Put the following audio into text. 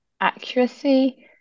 accuracy